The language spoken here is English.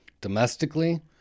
Domestically